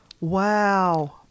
Wow